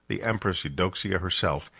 the empress eudoxia herself,